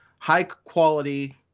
high-quality